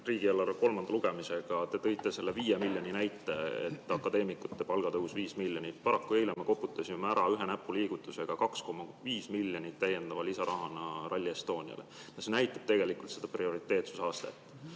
riigieelarve kolmanda lugemisega. Te tõite selle 5 miljoni näite, et akadeemikute palga tõus on 5 miljonit. Paraku eile me koputasime ühe näpuliigutusega maha 2,5 miljonit täiendava lisarahana Rally Estoniale. See näitab tegelikult seda prioriteetsuse astet